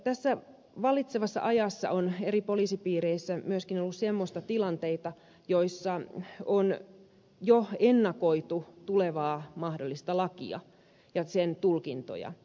tässä vallitsevassa ajassa on eri poliisipiireissä myöskin ollut semmoisia tilanteita joissa on jo ennakoitu tulevaa mahdollista lakia ja sen tulkintoja